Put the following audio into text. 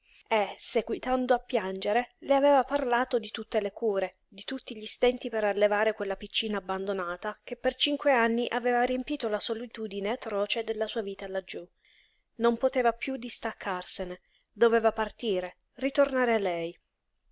e seguitando a piangere le aveva parlato di tutte le cure di tutti gli stenti per allevare quella piccina abbandonata che per cinque anni aveva riempito la solitudine atroce della sua vita laggiú non poteva piú distaccarsene doveva partire ritornare a lei